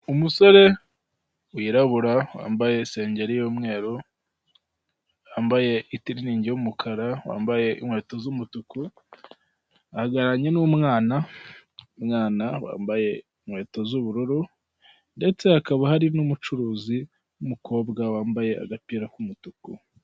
Umusore wirabura wambaye isengeri y'umweru wambaye itiriningi y'umukara wambaye inkweto z'umutuku ahagararanye n'umwana, umwana wambaye inkweto z'ubururu ndetse hakaba hari n'umucuruzi w'umukobwa wambaye agapira k'umutuku.